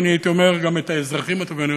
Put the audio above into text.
ואני הייתי אומר: גם את האזרחים הטובים.